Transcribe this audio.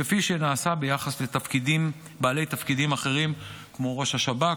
כפי שנעשה ביחס לבעלי תפקידים אחרים כמו ראש השב"כ,